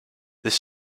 this